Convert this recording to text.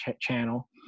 channel